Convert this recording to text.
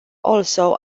also